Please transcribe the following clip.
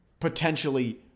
potentially